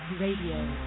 Radio